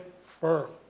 firm